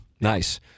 Nice